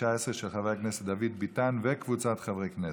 2019, של חבר הכנסת דוד ביטן וקבוצת חברי הכנסת.